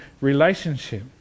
relationship